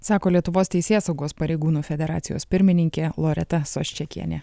sako lietuvos teisėsaugos pareigūnų federacijos pirmininkė loreta soščekienė